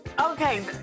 okay